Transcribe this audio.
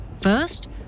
First